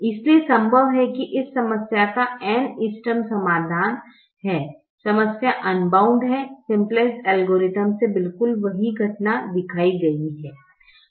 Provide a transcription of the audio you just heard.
इसलिए संभव है इस समस्या का n इष्टतम समाधान है समस्या अनबाउंड है सिम्पलेक्स एल्गोरिथ्म मे बिल्कुल वही घटना दिखाई गयी है